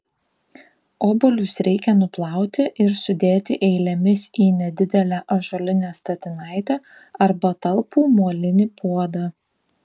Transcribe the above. obuolius reikia nuplauti ir sudėti eilėmis į nedidelę ąžuolinę statinaitę arba talpų molinį puodą